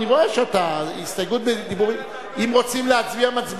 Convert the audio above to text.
אני רואה שאתה, אם רוצים להצביע, מצביעים.